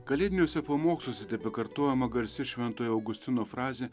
kalėdiniuose pamoksluose tebekartojama garsi šventojo augustino frazė